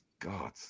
God